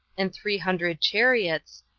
and three hundred chariots,